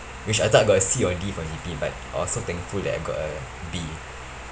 which I thought I got a C or D for G_P but I was so thankful that I got a B